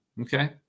Okay